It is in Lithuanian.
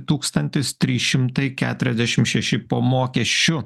tūkstantis trys šimtai keturiasdešimt šeši po mokesčių